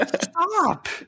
Stop